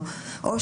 יום,